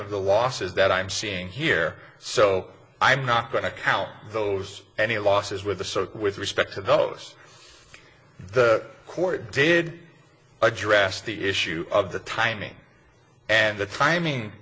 of the losses that i'm seeing here so i'm not going to count those any losses with a so with respect to those the court did address the issue of the timing and the timing